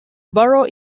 borough